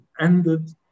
ended